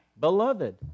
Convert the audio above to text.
beloved